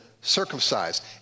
circumcised